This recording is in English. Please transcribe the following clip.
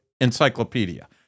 encyclopedia